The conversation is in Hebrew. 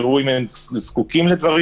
יראו אם הם זקוקים לדברים.